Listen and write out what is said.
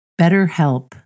BetterHelp